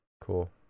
Cool